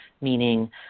meaning